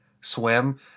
swim